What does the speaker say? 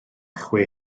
chwe